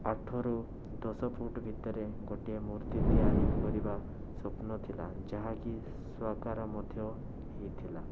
ଆଠରୁ ଦଶ ଫୁଟ୍ ଭିତରେ ଗୋଟିଏ ମୂର୍ତ୍ତି ତିଆରି କରିବା ସ୍ୱପ୍ନ ଥିଲା ଯାହାକି ସାକାର ମଧ୍ୟ ହେଇଥିଲା